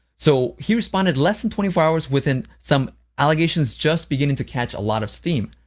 so he responded less than twenty four hours within some allegations just beginning to catch a lot of steam,